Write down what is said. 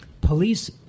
police